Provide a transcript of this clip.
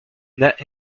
net